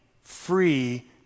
free